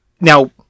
Now